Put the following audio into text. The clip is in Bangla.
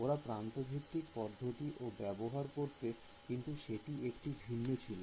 ওরা প্রান্ত ভিত্তিক পদ্ধতির ও ব্যবহার করত কিন্তু সেটি একটু ভিন্ন ছিল